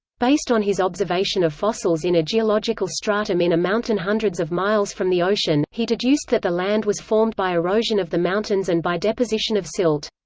based on his observation of fossils in a geological stratum in a mountain hundreds of miles from the ocean, he deduced that the land was formed by erosion of the mountains and by deposition of silt.